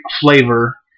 flavor